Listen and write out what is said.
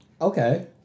Okay